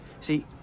See